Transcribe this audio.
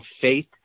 faith